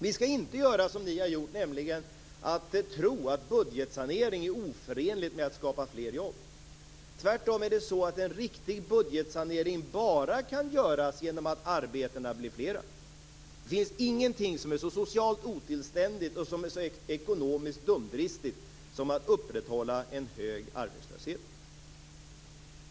Vi skall inte göra som ni har gjort och tro att budgetsanering är oförenligt med att skapa fler jobb. Tvärtom kan en riktig budgetsanering bara göras genom att arbetena blir fler. Det finns ingenting som är så socialt otillständigt och som är så ekonomiskt dumdristigt som att upprätthålla en hög arbetslöshet.